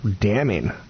damning